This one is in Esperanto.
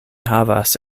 havas